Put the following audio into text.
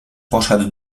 poszedł